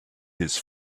his